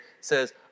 says